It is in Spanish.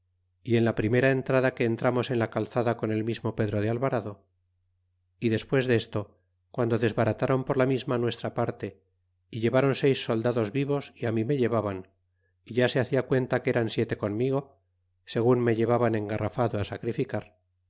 y en la primera entrada que entramos en la calzada con el mismo pedro de alvarado y despues des to quandodesbara ta ron por la misma nuestra parte y llevaron seis soldados vivos y mi me llevaban é ya se hacia cuenta que eran siete conmigo segun me llevaban engarrafado sacrificar